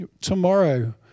Tomorrow